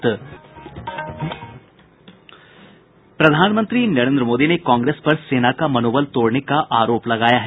प्रधानमंत्री नरेंद्र मोदी ने कांग्रेस पर सेना का मनोबल तोड़ने का आरोप लगाया है